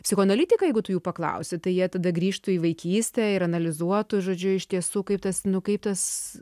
psichoanalitikai jeigu tu jų paklausi tai jie tada grįžtu į vaikystę ir analizuotų žodžiu iš tiesų kaip tas nu kaip tas